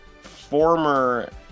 Former